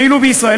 ואילו בישראל,